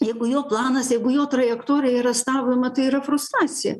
jeigu jo planas jeigu jo trajektorija yra stabdoma tai yra frustracija